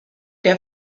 der